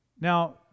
Now